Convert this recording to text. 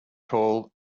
tall